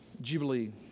jubilee